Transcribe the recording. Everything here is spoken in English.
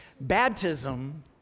Baptism